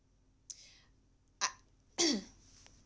I